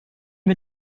wir